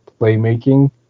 playmaking